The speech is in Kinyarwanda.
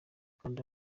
kanda